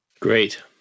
Great